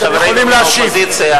לחברינו מן האופוזיציה,